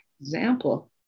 example